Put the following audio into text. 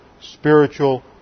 spiritual